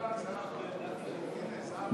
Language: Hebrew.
סיעות מרצ,